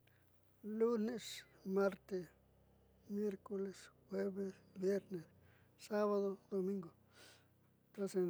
Lunes, martes, miercoles, jueves, viernes, sabado y domingo.